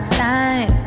time